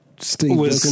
Steve